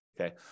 Okay